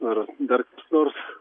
ar dar kas nors